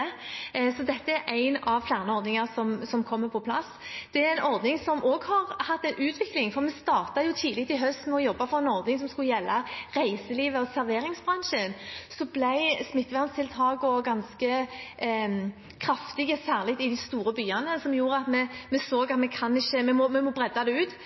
så dette er en av flere ordninger som kommer på plass. Det er en ordning som også har hatt en utvikling, for vi startet tidlig i høst med å jobbe for en ordning som skulle gjelde reiselivet og serveringsbransjen. Så ble smitteverntiltakene ganske kraftige, særlig i de store byene, og vi så at vi måtte gjøre den bredere, nettopp fordi de store byene har så